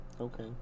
Okay